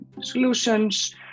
solutions